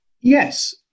Yes